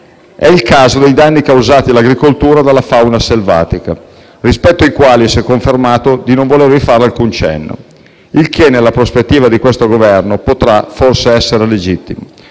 È il caso dei danni causati all'agricoltura dalla fauna selvatica, rispetto ai quali si è confermato di non volervi fare alcun cenno, e ciò, nella prospettiva di questo Governo potrà, forse, essere legittimo.